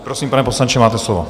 Prosím, pane poslanče, máte slovo.